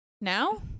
Now